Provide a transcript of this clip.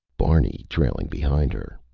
barney trailing behind her.